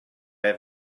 have